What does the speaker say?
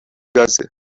газы